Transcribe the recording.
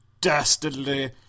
dastardly